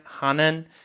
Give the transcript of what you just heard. Hanan